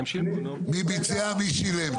מי ביצע, מי שילם?